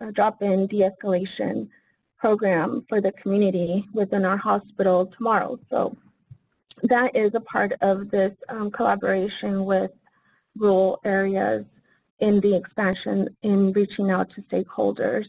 ah drop-in de-escalation program for the community within our hospital tomorrow. so that is a part of this collaboration with rural areas in the expansion and reaching out to stakeholders